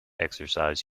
exercise